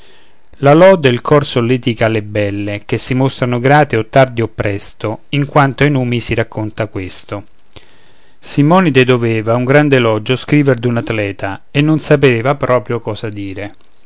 la lode il cor solletica alle belle che si mostrano grate o tardi o presto in quanto ai numi si racconta questo simonide doveva un grande elogio scriver d'un atleta e non sapeva proprio cosa dire